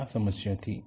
क्या समस्या थी